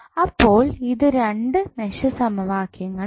അപ്പോൾ ഇത് രണ്ട് മെഷ് സമവാക്യങ്ങൾ ആകും